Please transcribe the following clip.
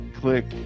click